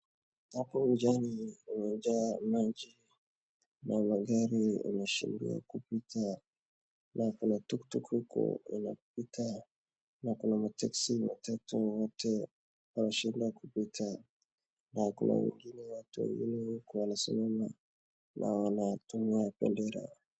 Hapo nijaani kumeja maji na magari yanashindwa kupita na kuna tuktuk huku inapita na kuna matexi matatu wote wanashindwa kupita. Na kuna wengine watu wengine huku wanasimama na wanatumia bandera.